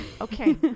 okay